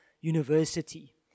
university